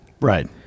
Right